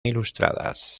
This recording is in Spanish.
ilustradas